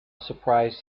surprised